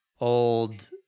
old